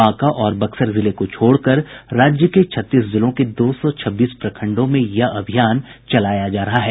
बांका और बक्सर जिले को छोड़कर राज्य के छत्तीस जिलों के दो सौ छब्बीस प्रखंडों में यह अभियान चलाया जा रहा है